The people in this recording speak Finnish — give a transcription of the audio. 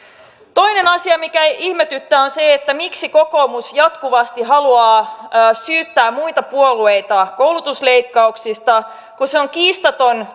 toinen asia mikä ihmetyttää on se miksi kokoomus jatkuvasti haluaa syyttää muita puolueita koulutusleikkauksista kun on kiistaton